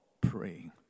praying